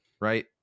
Right